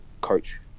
coach